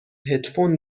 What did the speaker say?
هدفون